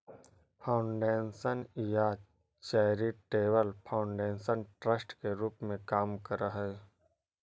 foundation या charitable foundation trust के रूप में काम करऽ हई